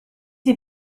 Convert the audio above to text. die